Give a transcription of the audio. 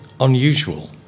unusual